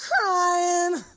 crying